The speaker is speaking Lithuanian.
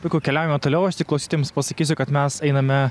puiku keliaujame toliau aš tik klausytojams pasakysiu kad mes einame